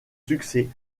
succès